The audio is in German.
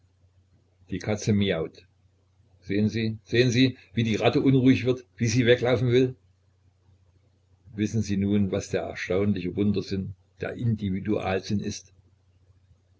die katze miaut sehen sie sehen sie wie die ratte unruhig wird wie sie weglaufen will wissen sie nun was der erstaunliche wundersinn der individualsinn ist